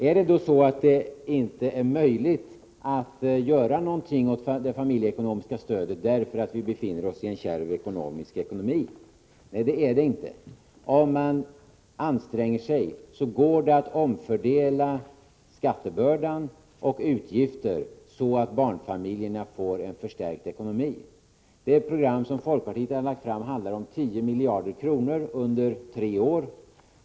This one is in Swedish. Är det så att det inte är möjligt att göra någonting åt det familjepolitiska stödet därför att vi befinner oss i en kärv ekonomisk situation? Nej, det är det inte. Om man anstränger sig går det att omfördela skattebördan och utgifterna så, att barnfamiljerna får en förstärkt ekonomi. Det program som folkpartiet har lagt fram handlar om 10 miljarder kronor under tre år.